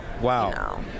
Wow